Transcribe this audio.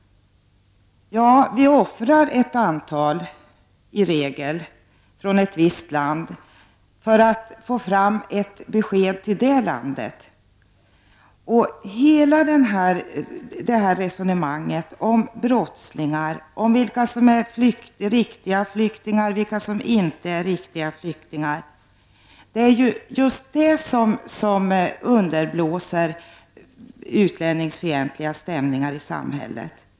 I regel offrar vi ett antal människor från ett visst land för att få fram ett besked från det landet. Hela resonemanget om brottslighet och om vilka som är riktiga flyktingar och vilka som inte är det är just det som underblåser utlänningsfientliga stämningar i samhället.